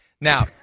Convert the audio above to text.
Now